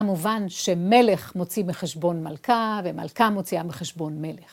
‫כמובן שמלך מוציא מחשבון מלכה, ‫ומלכה מוציאה מחשבון מלך.